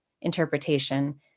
interpretation